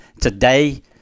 today